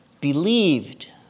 believed